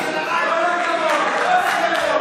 כל הכבוד, כל הכבוד.